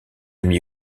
mis